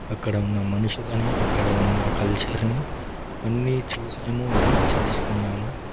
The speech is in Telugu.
అక్కడ ఉన్న మనుషులని అక్కడ ఉన్న కల్చర్ని అన్నీ చూసాము అర్థం చేసుకున్నాము